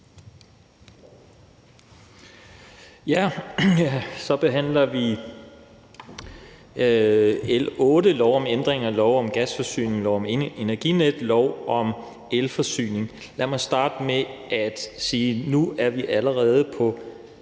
det. Så behandler vi L 8, forslag til lov om ændring af lov om gasforsyning, lov om Energinet og lov om elforsyning. Lad mig starte med at sige, at nu er vi allerede på